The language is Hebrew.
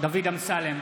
דוד אמסלם,